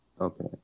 Okay